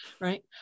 Right